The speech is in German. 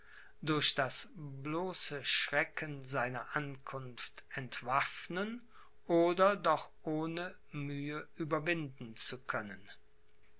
durch das bloße schrecken seiner ankunft entwaffnen oder doch ohne mühe überwinden zu können